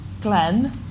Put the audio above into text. Glenn